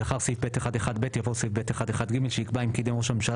ולאחר סעיף (ב1)(1)(ב) יבוא סעיף (ב1)(1)(ג) שיקבע 'אם קידם ראש הממשלה